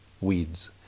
weeds